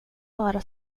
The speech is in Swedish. vara